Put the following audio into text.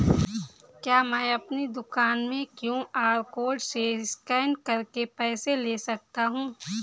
क्या मैं अपनी दुकान में क्यू.आर कोड से स्कैन करके पैसे ले सकता हूँ?